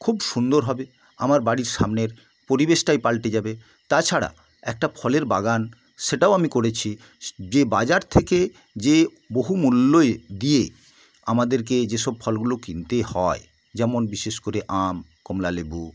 খুব সুন্দর হবে আমার বাড়ির সামনের পরিবেশটাই পাল্টে যাবে তাছাড়া একটা ফলের বাগান সেটাও আমি করেছি যে বাজার থেকে যে বহু মূল্য দিয়ে আমাদেরকে যেসব ফলগুলো কিনতে হয় যেমন বিশেষ করে আম কমলালেবু